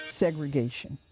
segregation